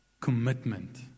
commitment